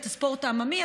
את הספורט העממי,